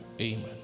Amen